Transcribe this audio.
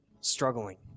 struggling